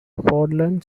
portland